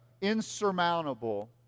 insurmountable